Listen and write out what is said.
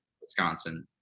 Wisconsin